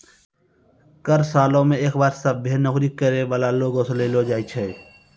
कर सालो मे एक बार सभ्भे नौकरी करै बाला लोगो से लेलो जाय छै